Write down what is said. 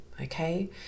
okay